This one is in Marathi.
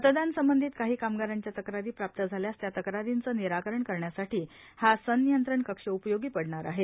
मतदान संबंधित काही कामगारांच्या तक्रारी प्राप्त झाल्यास त्या तक्रारींचं निराकरण करण्यासाठी हा संनियंत्रण कक्ष उपयोगी पडणार आहे